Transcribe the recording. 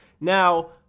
Now